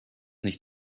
nicht